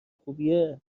خوبیه